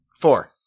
four